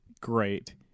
great